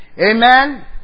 Amen